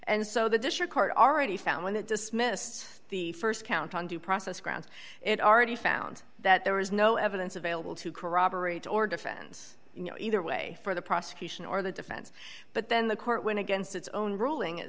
and so the disher court already found one that dismissed the st count on due process grounds it already found that there was no evidence available to corroborate or defense you know either way for the prosecution or the defense but then the court when against its own ruling